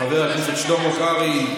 חבר הכנסת שלמה קרעי,